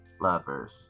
lovers